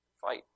fight